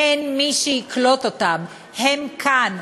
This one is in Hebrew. אין מי שיקלוט אותם, הם כאן,